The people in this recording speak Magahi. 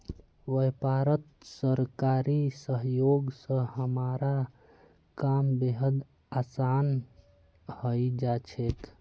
व्यापारत सरकारी सहयोग स हमारा काम बेहद आसान हइ जा छेक